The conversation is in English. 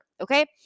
Okay